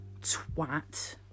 twat